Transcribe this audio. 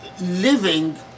living